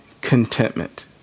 contentment